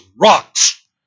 rocks